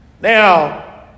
Now